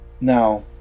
now